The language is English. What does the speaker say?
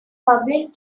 public